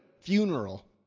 funeral